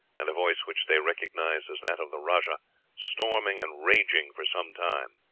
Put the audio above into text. and a voice which they recognized as that of the rajah storming and raging for some time